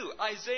Isaiah